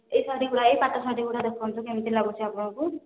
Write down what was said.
ଏଇ ଶାଢ଼ୀଗୁଡ଼ା ଏଇ ପାଟଶାଢ଼ୀଗୁଡ଼ା ଦେଖନ୍ତୁ କେମତି ଲାଗୁଛି ଆପଣଙ୍କୁ